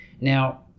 Now